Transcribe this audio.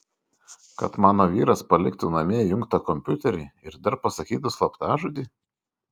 kad mano vyras paliktų namie įjungtą kompiuterį ir dar pasakytų slaptažodį